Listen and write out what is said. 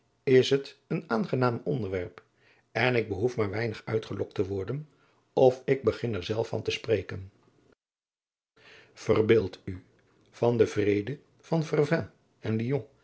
is het een aangenaam onderwerp en ik behoef maar weinig uitgelokt te worden of ik begin er zelf van te spreken verbeeld u dat de vrede van vervins en lyon